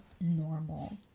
normal